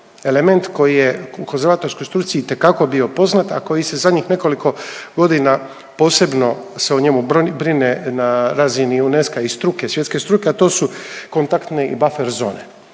element koji je u konzervatorskoj struci itekako bio poznat, a koji se zadnjih nekoliko godina posebno se o njemu brine na razini UNESCO-a i struke, svjetske struke, a to su kontaktne i buffer zone